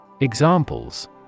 Examples